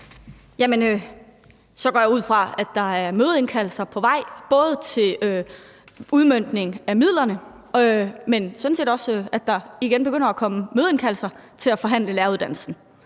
så går jeg ud fra, at der er mødeindkaldelser på vej i forhold til udmøntning af midlerne, men sådan set også, i forhold til at der igen begynder at komme mødeindkaldelser til at forhandle læreruddannelsen.